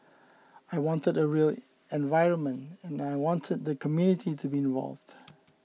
I wanted a real environment and I wanted the community to be involved